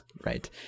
right